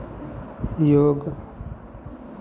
योग